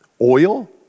oil